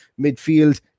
Midfield